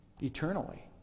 Eternally